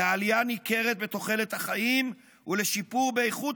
לעלייה ניכרת בתוחלת החיים ולשיפור באיכות